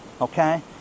okay